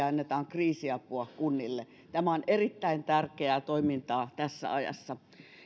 annetaan kriisiapua kunnille tämä on erittäin tärkeää toimintaa tässä ajassa